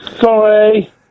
Sorry